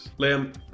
Liam